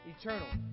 Eternal